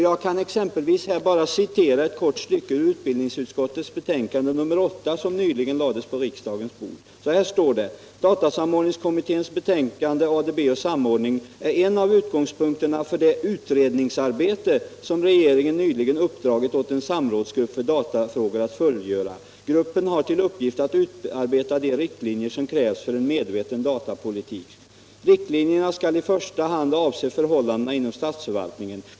Jag kan exempelvis citera ett kort stycke ur utbildningsutskottets betänkande nr 8, som nyligen lades på riksdagens bord, Så här stod det: ”Datasamordningskommitténs betänkande ADB och samordning är en av utgångspunkterna för det utredningsarbete som regeringen nyligen uppdragit åt en samrådsgrupp för datafrågor att fullgöra. Gruppen har till uppgift att utarbeta "de riktlinjer som krävs för en medveten datapolitik”. Riktlinjerna skall i första hand avse förhållandena inom statsförvaltningen.